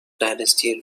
dynasty